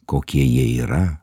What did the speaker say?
kokie jie yra